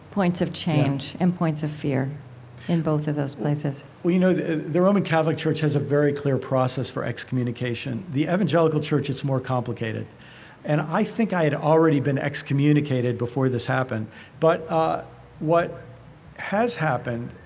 points of change and points of fear in both of those places well, you know, the the roman catholic church has a very clear process for excommunication. the evangelical church is more complicated and i think i had already been excommunicated before this happened but ah what has happened,